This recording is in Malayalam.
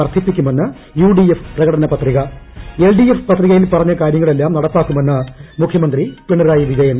വർദ്ധിപ്പിക്കുമെന്ന് യുഡിഎഫ് പ്രകടന പത്രിക എൽ ഡി എഫ് പത്രികയിൽ പറഞ്ഞ കാര്യങ്ങളെല്ലാം നടപ്പാക്കുമെന്ന് മുഖ്യമന്ത്രി പിണറായി വിജയൻ